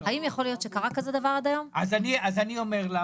האם יכול להיות